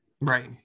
right